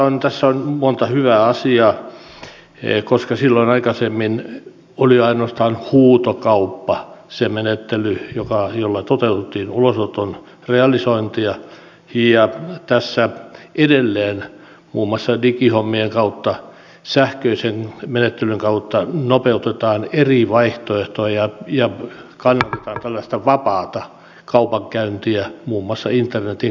minusta tässä on monta hyvää asiaa koska silloin aikaisemmin oli ainoastaan huutokauppa se menettely jolla toteutettiin ulosoton realisointia ja tässä edelleen muun muassa digihommien kautta sähköisen menettelyn kautta nopeutetaan eri vaihtoehtoja ja kannustetaan tällaista vapaata kaupankäyntiä muun muassa internetin kautta